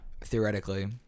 theoretically